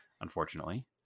unfortunately